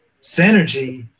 synergy